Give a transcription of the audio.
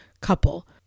couple